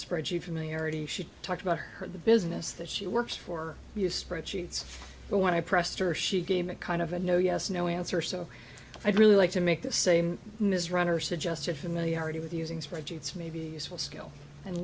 spreadsheet familiarity she talked about her the business that she works for your spreadsheets but when i pressed her she gave a kind of a no yes no answer so i'd really like to make the same mis run or suggested familiarity with using spreadsheets maybe useful skill and